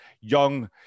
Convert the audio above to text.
young